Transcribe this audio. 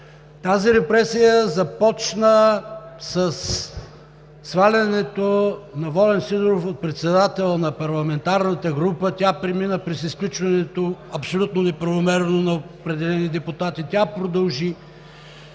Тази репресия започна със свалянето на Волен Сидеров от председател на парламентарната група, тя премина през изключването, абсолютно неправомерно, на определени депутати, тя продължи